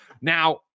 now